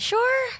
Sure